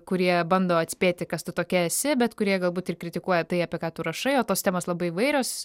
kurie bando atspėti kas tu tokia esi bet kurie galbūt ir kritikuoja tai apie ką tu rašai o tos temos labai įvairios